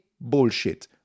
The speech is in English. bullshit